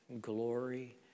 glory